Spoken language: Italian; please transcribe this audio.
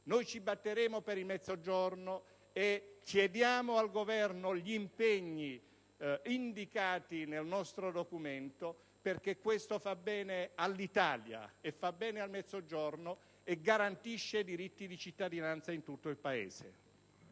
Noi ci batteremo per il Mezzogiorno e per questo chiediamo al Governo di rispettare gli impegni indicati nel nostro documento, perché questo fa bene all'Italia e al Mezzogiorno e garantisce i diritti di cittadinanza in tutto il Paese.